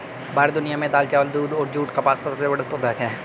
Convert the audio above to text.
भारत दुनिया में दाल, चावल, दूध, जूट और कपास का सबसे बड़ा उत्पादक है